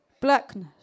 blackness